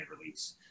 release